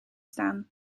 staan